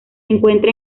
encuentra